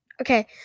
Okay